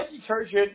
Detergent